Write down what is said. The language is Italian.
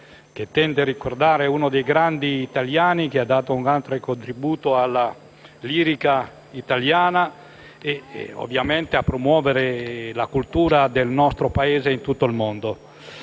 che tende a ricordare uno dei grandi italiani che ha dato un ampio contributo alla lirica italiana e a promuovere la cultura del nostro Paese in tutto il mondo.